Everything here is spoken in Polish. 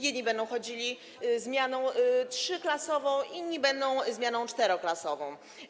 Jedni będą chodzili zmianą trzyklasową, drudzy będą zmianą czteroklasową.